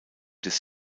des